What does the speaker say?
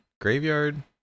Graveyard